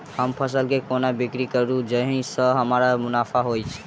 हम फसल केँ कोना बिक्री करू जाहि सँ हमरा मुनाफा होइ?